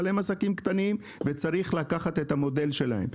אבל הם עסקים קטנים וצריך לקחת את המודל שלהם.